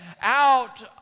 out